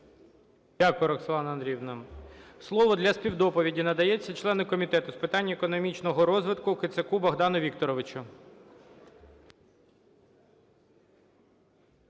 Дякую, Роксолана Андріївна. Слово для співдоповіді надається члену Комітету з питань економічного розвитку Кицаку Богдану Вікторовичу.